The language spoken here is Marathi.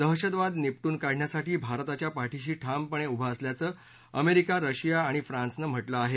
दहशतवाद निपटून काढण्यासाठी भारताच्या पाठीशी ठामपणे उभं असल्याचं अमेरिका रशिया आणि फ्रान्सनं म्हटलं आहे